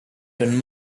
been